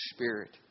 Spirit